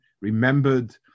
remembered